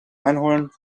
einholen